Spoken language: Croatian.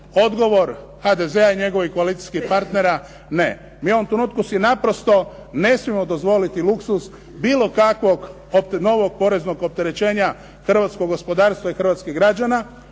Odgovor HDZ-a i njegovih koalicijskih partnera ne. Mi u ovom trenutku si naprosto ne smijemo dozvoliti luksuz, bilo kakvog novog poreznog opterećenja, hrvatskog gospodarstva i hrvatskih građana.